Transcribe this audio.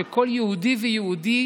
של כל יהודי ויהודי,